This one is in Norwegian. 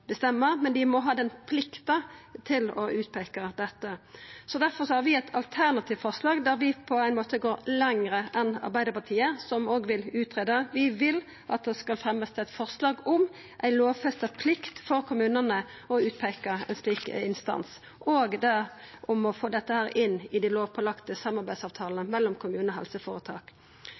men dei må ha den ei plikt til å peika ut dette. Vi har difor eit alternativt forslag der vi går lenger enn Arbeidarpartiet, som òg vil greia ut. Vi vil at regjeringa skal fremja eit forslag om ei lovfesta plikt for kommunane til å peika ut ein slik instans, og òg eit forslag om å få dette inn i dei lovpålagde samarbeidsavtalene mellom kommunar og helseføretak.